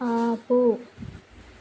ఆపు